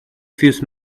fuse